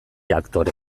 aktore